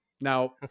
Now